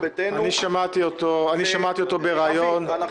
ביתנו --- אני שמעתי אותו בריאיון --- אבי,